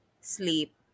sleep